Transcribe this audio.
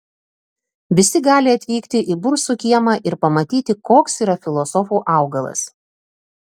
visi gali atvykti į bursų kiemą ir pamatyti koks yra filosofų augalas